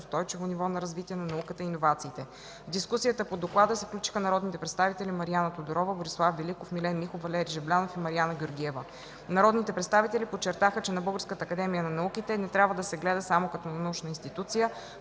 устойчиво ниво на развитие на науката и иновациите. В дискусията по доклада се включиха народните представители Мариана Тодорова, Борислав Великов, Милен Михов, Валери Жаблянов и Мариана Георгиева. Народните представители подчертаха, че на Българската академия на науките не трябва да се гледа само като на научна институция,